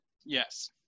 Yes